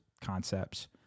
concepts